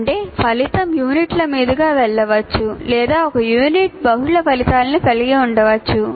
అంటే ఫలితం యూనిట్ల మీదుగా వెళ్ళవచ్చు లేదా ఒక యూనిట్ బహుళ ఫలితాలను కలిగి ఉండవచ్చు